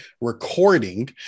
recording